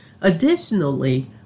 Additionally